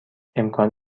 امکان